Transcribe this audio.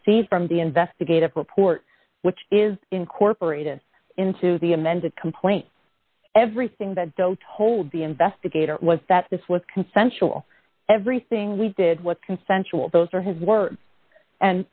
see from the investigative report which is incorporated into the amended complaint everything that though told the investigator was that this was consensual everything we did was consensual those are his words and